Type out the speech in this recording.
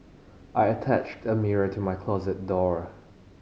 I attached a mirror to my closet door